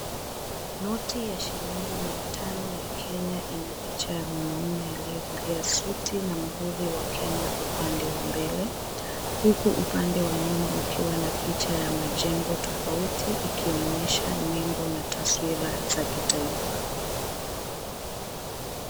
Noti ya shilingi mia tano ya Kenya ina picha ya mwanaume aliyevalia suti na mhuri wa Kenya upande wa mbele huku upande wa nyuma ukiwa na picha ya majengo tofauti ikionyesha nembo na taswira ya kitaifa.